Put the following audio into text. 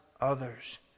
others